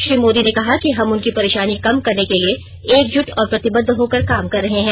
श्री मोदी ने कहा कि हम उनकी परेशानी कम करने के लिए एकजुट और प्रतिबद्ध होकर काम कर रहे हैं